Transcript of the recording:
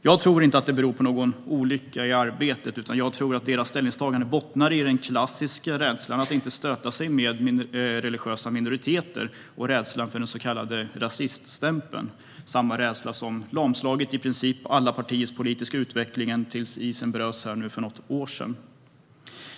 Jag tror inte att det beror på ett olycksfall i arbetet, utan jag tror att deras ställningstagande bottnar i den klassiska rädslan att inte stöta sig med religiösa minoriteter och i rädslan för den så kallade rasiststämpeln. Det är samma rädsla som lamslog i princip alla partiers politiska utveckling tills isen bröts för något år sedan.